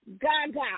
Gaga